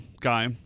guy